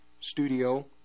studio